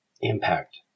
impact